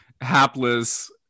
hapless